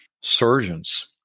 surgeons